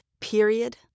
Period